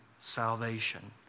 salvation